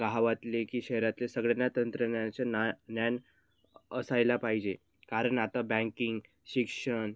गावातले की शहरातले सगळ्यांना तंत्रज्ञानाचे ना ज्ञान असायला पाहिजे कारण आता बँकिंग शिक्षण